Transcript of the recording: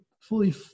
fully